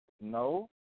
no